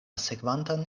sekvantan